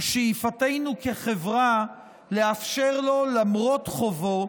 ושאיפתנו כחברה לאפשר לו, למרות חובו,